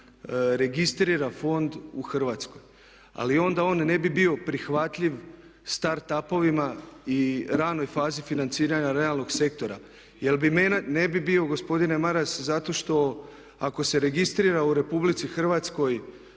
registrira fond u Hrvatskoj. Ali onda on ne bi bio prihvatljiv start up-ovima i ranoj fazi financiranja realnog sektora. Jer …/Govornik se ne razumije./…, ne bi bio gospodine Maras zato što ako se registrira u RH takav